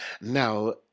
now